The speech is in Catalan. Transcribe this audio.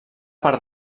part